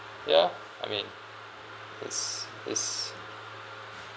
ya I mean is is